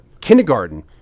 kindergarten